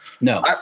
No